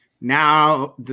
now